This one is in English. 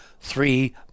three